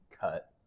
cut